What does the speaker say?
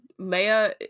Leia